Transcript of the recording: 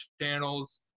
channels